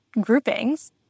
groupings